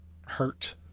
hurt